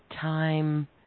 time